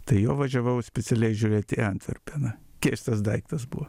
tai jo važiavau specialiai žiūrėt į antverpeną keistas daiktas buvo